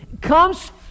comes